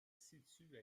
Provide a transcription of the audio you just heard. situe